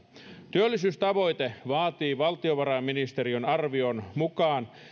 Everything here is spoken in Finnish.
työllisyystavoite vaatii valtiovarainministeriön arvion mukaan